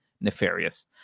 nefarious